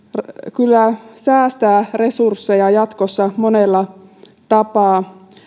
kyllä säästää resursseja jatkossa monella tapaa